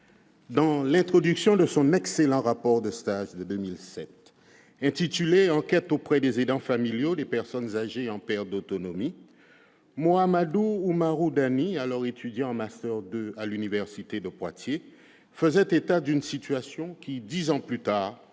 dans l'introduction de son excellent rapport de stage de 2007, intitulé « Enquête auprès des aidants familiaux des personnes âgées en perte d'autonomie », Mohamadou Oumarou Danni, alors étudiant de master 2 à l'université de Poitiers, faisait état d'une situation qui, plus d'une